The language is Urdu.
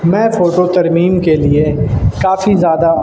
میں فوٹو ترمیم کے لیے کافی زیادہ